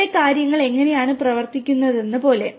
ഇവിടെ കാര്യങ്ങൾ എങ്ങനെയാണ് പ്രവർത്തിക്കുന്നത് പോലെ